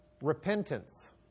Repentance